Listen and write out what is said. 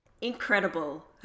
Incredible